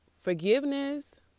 forgiveness